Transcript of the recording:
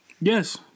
Yes